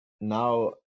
now